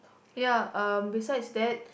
ya um besides that